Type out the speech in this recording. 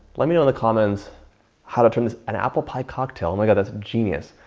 let me know in the comments how to turn this an apple pie cocktail, oh my god, that's genius.